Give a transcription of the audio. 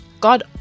God